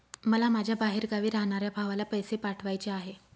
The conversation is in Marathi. मला माझ्या बाहेरगावी राहणाऱ्या भावाला पैसे पाठवायचे आहे